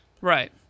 Right